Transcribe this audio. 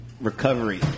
recovery